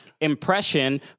impression